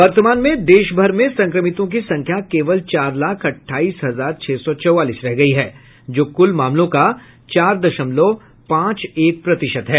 वर्तमान में देशभर में संक्रमितों की संख्या केवल चार लाख अठाईस हजार छह सौ चौवालीस रह गई है जो कुल मामलों का केवल चार दशमलव पांच एक प्रतिशत है